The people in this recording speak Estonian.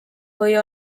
või